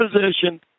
position